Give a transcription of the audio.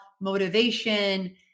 motivation